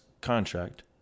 contract